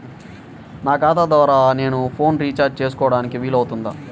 నా ఖాతా ద్వారా నేను ఫోన్ రీఛార్జ్ చేసుకోవడానికి వీలు అవుతుందా?